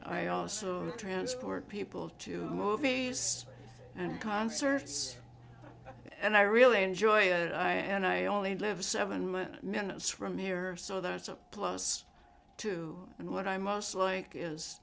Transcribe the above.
i also transfer people to movies and concerts and i really enjoy it i and i only live seven minutes from here so that's a plus too and what i most like is